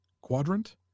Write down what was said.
quadrant